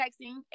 texting